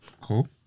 Cool